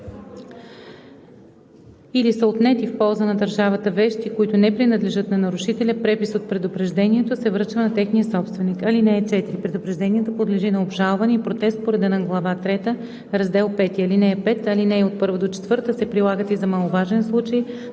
или са отнети в полза на държавата вещи, които не принадлежат на нарушителя, препис от предупреждението се връчва на техния собственик. (4) Предупреждението подлежи на обжалване и протест по реда на глава трета, раздел V. (5) Алинеи 1 – 4 се прилагат и за маловажен случай